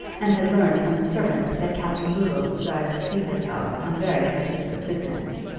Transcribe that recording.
and had learned from the servant that captain boodle desired to see herself on very particular business,